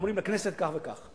ואנחנו אומרים לכנסת כך וכך.